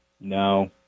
No